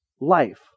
life